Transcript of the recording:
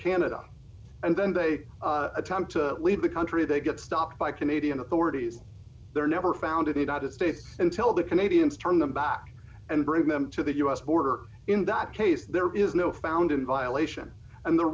canada and then they attempt to leave the country they get stopped by canadian authorities they're never found in the united states until the canadians turn them back and bring them to the u s border in that case there is no found in violation and the